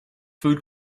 food